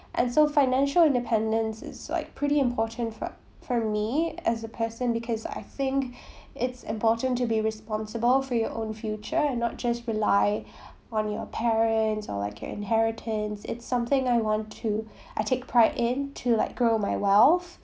and so financial independence is like pretty important for for me as a person because I think it's important to be responsible for your own future and not just rely on your parents or like her inheritance it's something I want to I take pride in to like grow my wealth